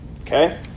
Okay